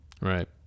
Right